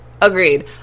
Agreed